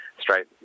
straight